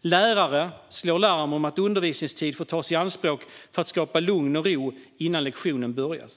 Lärare slår larm om att undervisningstid får tas i anspråk för att skapa lugn och ro innan lektionen kan börja.